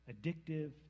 addictive